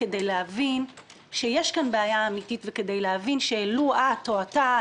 כדי להבין שיש כאן בעיה אמיתית וכדי להבין שלו את או אתה,